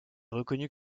reconnue